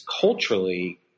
culturally